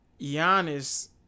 Giannis